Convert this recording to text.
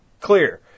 clear